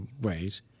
ways